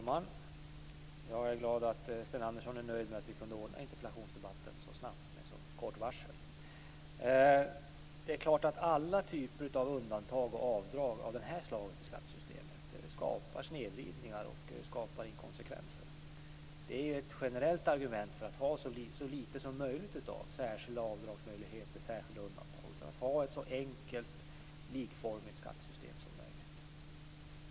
Fru talman! Jag är glad att Sten Andersson är nöjd med att vi kunde ordna interpellationsdebatten så snabbt och med så kort varsel. Det är klart att alla typer av undantag och avdrag av det här slaget i skattesystemet skapar snedvridningar och inkonsekvenser. Det är ett generellt argument för att ha så litet som möjligt av särskilda avdragsmöjligheter, undantag, och för att ha ett så enkelt, likformigt skattesystem som möjligt.